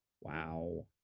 wow